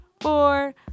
four